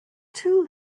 too